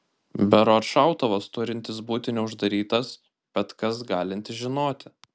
berods šautuvas turintis būti neuždarytas bet kas galintis žinoti